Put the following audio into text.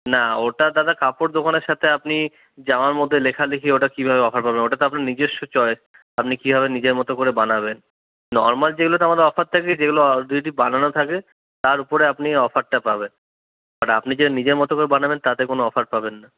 না ওটা দাদা কাপড় দোকানের সাথে আপনি জামার মধ্যে লেখা লিখি ওটা কিভাবে অফার পাবেন ওটা তো আপনার নিজস্ব চয়েস আপনি কিভাবে নিজের মতো করে বানাবেন নর্মাল যেগুলোতে আমাদের অফার থাকবে সেগুলো আলাদা যদি বানানো থাকে তার উপরে আপনি অফারটা পাবেন আর আপনি যদি নিজের মতো করে বানাবেন তাতে কোন অফার পাবেন না